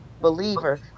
believer